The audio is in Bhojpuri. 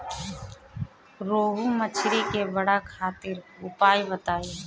रोहु मछली के बड़ा करे खातिर उपाय बताईं?